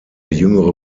jüngere